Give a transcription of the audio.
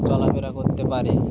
চলাফেরা করতে পারে